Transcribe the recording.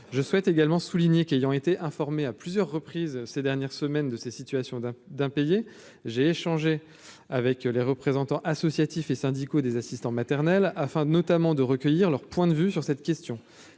je souhaite également souligner qu'ayant été informés à plusieurs reprises ces dernières semaines de ces situations d'un d'un payé, j'ai échangé avec les représentants associatifs et syndicaux, des assistants maternels, afin notamment de recueillir leur point de vue sur cette question,